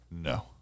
No